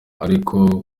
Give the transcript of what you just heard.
ariko